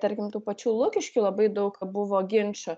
tarkim tų pačių lukiškių labai daug buvo ginčų